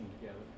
together